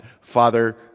Father